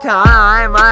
time